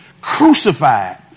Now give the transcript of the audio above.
crucified